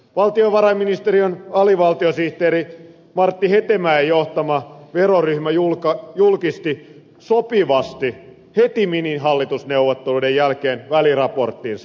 valtiovarainministeriön alivaltiosihteeri martti hetemäen johtama veroryhmä julkisti sopivasti heti minihallitusneuvotteluiden jälkeen väliraporttinsa